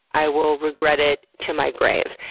i will regret it to my grave.